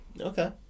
Okay